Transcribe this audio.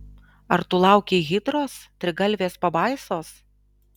ar tu laukei hidros trigalvės pabaisos